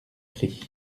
prix